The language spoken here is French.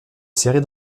serrer